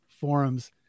forums